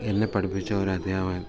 എന്നെ പഠിപ്പിച്ച ഒരു അധ്യാപകൻ